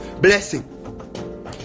blessing